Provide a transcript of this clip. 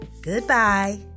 goodbye